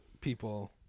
people